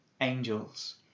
angels